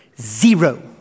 Zero